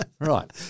Right